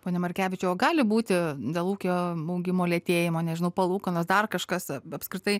pone merkevičiau o gali būti dėl ūkio augimo lėtėjimo nežinau palūkanos dar kažkas apskritai